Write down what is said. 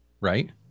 Right